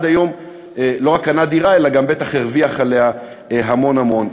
שעד היום לא רק קנה דירה אלא גם בטח הרוויח עליה המון המון.